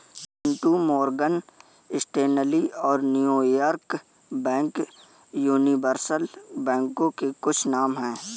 Chintu Morgan Stanley और New York bank universal बैंकों के कुछ नाम है